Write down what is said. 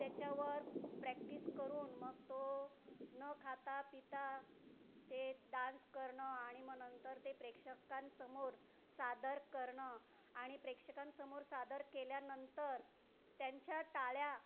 त्याच्यावर प्रॅक्टिस करून मग तो न खाता पिता ते डान्स करणं आणि मग नंतर ते प्रेक्षकांसमोर सादर करणं आणि प्रेक्षकांसमोर सादर केल्यानंतर त्यांच्या टाळ्या